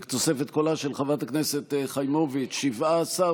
בתוספת קולה של חברת הכנסת חיימוביץ' 17,